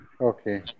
Okay